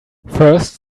first